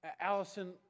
Allison